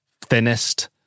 thinnest